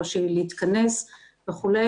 קושי להתכנס וכו',